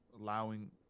allowing